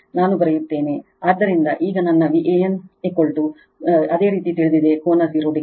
ನಾನು ಬರೆಯುತ್ತೇನೆ ಆದ್ದರಿಂದ ಈಗ ನನ್ನ Van ಅದೇ ರೀತಿ ತಿಳಿದಿದೆ ಕೋನ 0 o